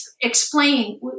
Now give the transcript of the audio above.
explain